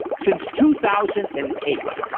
since two thousand and eight,